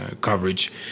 coverage